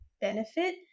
benefit